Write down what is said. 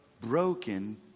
Broken